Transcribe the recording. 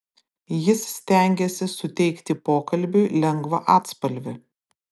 jis stengėsi suteikti pokalbiui lengvą atspalvį